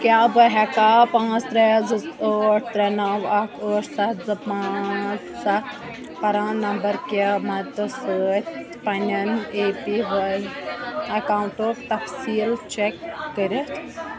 کیٛاہ بہٕ ہٮ۪کاہ پانٛژھ ترٛےٚ زٕ ٲٹھ ترٛےٚ نَو اَکھ ٲٹھ سَتھ زٕ پانٛژھ سَتھ پَران نمبر کہِ مددٕ سۭتۍ پنٛنٮ۪ن اے پی وٲلۍ اٮ۪کاوُنٛٹُک تفصیٖل چٮ۪ک کٔرِتھ